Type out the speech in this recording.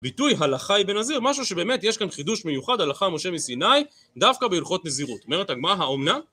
ביטוי הלכה בנזיר היא משהו שבאמת יש כאן חידוש מיוחד הלכה משה מסיני דווקא בהלכות נזירות אומרת הגמרא האומנה